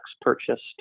purchased